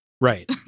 Right